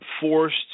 forced